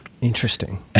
Interesting